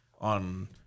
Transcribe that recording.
on